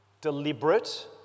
deliberate